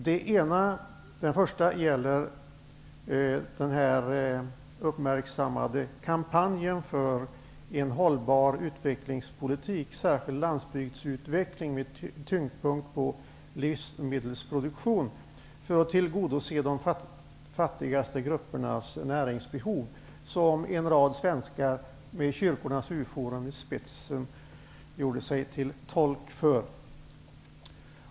Den första frågan gäller den uppmärksammade kampanj för en hållbar utvecklingspolitik och en särskild landsbygdsutveckling med tyngdpunkten på livsmedelsproduktionen för att tillgodose de fattigaste gruppernas näringsbehov som en rad svenskar med kyrkornas U-forum i spetsen gjort sig till tolk för.